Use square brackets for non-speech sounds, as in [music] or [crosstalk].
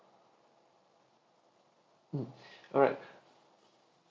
mm [breath] alright [breath]